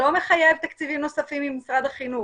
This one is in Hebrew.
זה לא מחייב תקציבים נוספים ממשרד החינוך,